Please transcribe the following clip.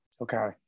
Okay